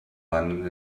wandern